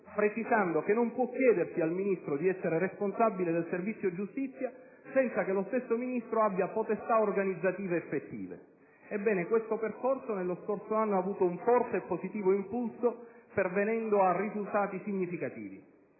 precisando che non può chiedersi al Ministro di essere responsabile del servizio giustizia senza che lo stesso Ministro abbia potestà organizzative effettive. Ebbene, questo percorso nello scorso anno ha avuto un forte e positivo impulso pervenendo a risultati significativi.